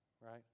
right